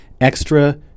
Extra